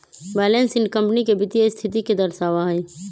balance sheet company के वित्तीय स्थिति के दर्शावा हई